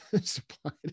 supplied